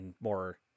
more